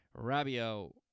Rabio